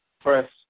press